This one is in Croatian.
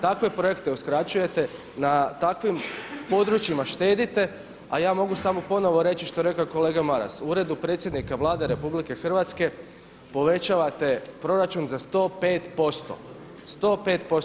Takve projekte uskraćujete, na takvim područjima štedite a ja mogu samo ponovno reći što je rekao i kolega Maras u uredu predsjednika Vlade RH povećavate proračun za 105%, 105%